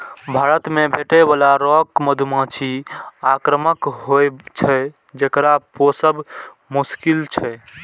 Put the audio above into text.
भारत मे भेटै बला रॉक मधुमाछी आक्रामक होइ छै, जेकरा पोसब मोश्किल छै